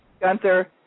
Gunther